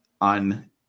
on